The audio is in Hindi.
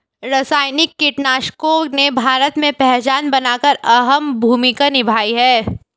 रासायनिक कीटनाशकों ने भारत में पहचान बनाकर अहम भूमिका निभाई है